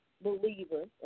believers